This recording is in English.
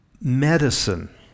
Medicine